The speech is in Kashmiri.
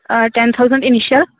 آ ٹَیٚن تھاوزنٛڈ اِنِشَل